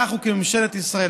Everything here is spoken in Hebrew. שאנחנו כממשלת ישראל,